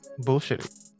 bullshitting